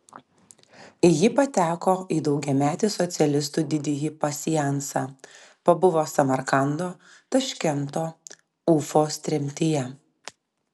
ji pateko į daugiametį socialistų didįjį pasiansą pabuvo samarkando taškento ufos tremtyje